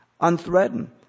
Unthreatened